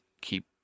keep